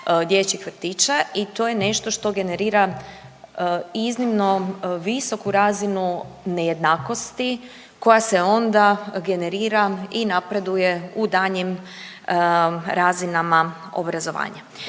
i to je nešto što generira iznimno visoku razinu nejednakosti koja se onda generira i napreduje u daljnjim razinama obrazovanja.